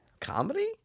Comedy